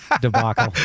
debacle